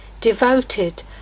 devoted